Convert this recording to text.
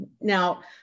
Now